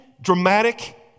dramatic